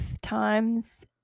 times